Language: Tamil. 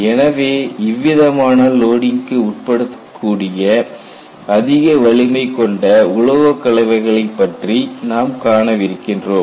எனவே இவ்விதமான லோடிங்க்கு உட்படுத்த படக்கூடிய அதிக வலிமை கொண்ட உலோகக் கலவைகளைப் பற்றி நாம் காணவிருக்கிறோம்